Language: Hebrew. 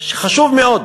שחשוב מאוד